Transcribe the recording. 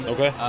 Okay